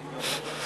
כן.